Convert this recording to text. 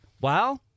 wow